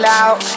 out